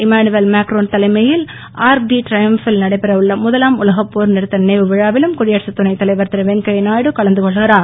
Emmanuel Macron தலைமையில் Arc de Triomphe பில் நடைபெற உள்ள முதலாம் உலகப்போர் நிறுத்த நினைவு விழாவிலும் குடியரசுத் துணைத்தலைவர் திருவெங்கைய நாயுடு கலந்துகொள்கிறார்